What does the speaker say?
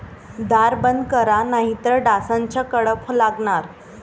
दार बंद करा नाहीतर डासांचा कळप लागणार